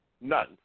None